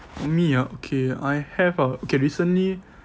me ah okay I have ah okay recently